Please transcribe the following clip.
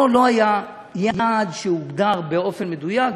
פה לא היה יעד שהוגדר באופן מדויק,